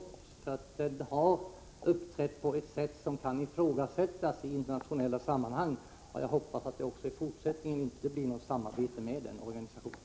Från den organisationens sida har man uppträtt på ett sätt som verkligen kan ifrågasättas i internationella sammanhang. Jag hoppas att man från svensk sida inte heller i fortsättningen kommer att ha något samarbete med den organisationen.